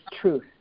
truth